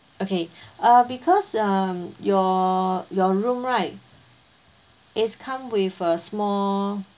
okay uh because um your your room right is come with a small